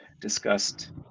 discussed